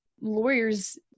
lawyer's